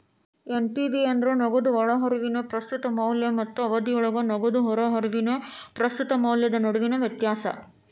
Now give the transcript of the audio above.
NPV ಅಂದ್ರ ನಗದು ಒಳಹರಿವಿನ ಪ್ರಸ್ತುತ ಮೌಲ್ಯ ಮತ್ತ ಅವಧಿಯೊಳಗ ನಗದು ಹೊರಹರಿವಿನ ಪ್ರಸ್ತುತ ಮೌಲ್ಯದ ನಡುವಿನ ವ್ಯತ್ಯಾಸ